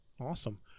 Awesome